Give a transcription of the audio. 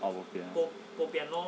ah bo pian